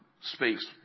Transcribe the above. speaks